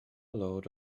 load